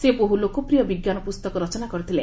ସେ ବହୁ ଲୋକପ୍ରିୟ ବିଜ୍ଞାନ ପୁସ୍ତକ ରଚନା କରିଥିଲେ